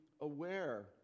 aware